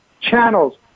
channels